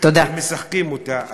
שמשחקים אותה,